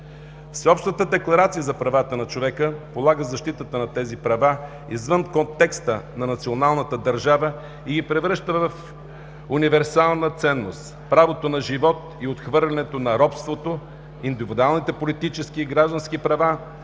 Всеобщата декларация за правата на човека полага защитата на тези права извън контекста на националната държава и ги превръща в универсална ценност – правото на живот и отхвърлянето на робството, индивидуалните политически и граждански права,